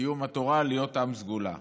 קיום התורה להיות עם סגולה.